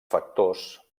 factors